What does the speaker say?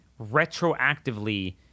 retroactively